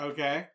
Okay